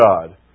God